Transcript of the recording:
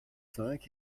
cinq